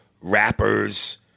rappers